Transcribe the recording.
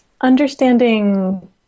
understanding